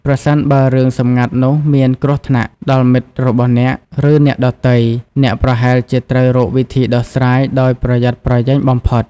ប្រសិនបើរឿងសម្ងាត់នោះមានគ្រោះថ្នាក់ដល់មិត្តរបស់អ្នក ឬអ្នកដទៃ អ្នកប្រហែលជាត្រូវរកវិធីដោះស្រាយដោយប្រយ័ត្នប្រយែងបំផុត។